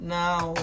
now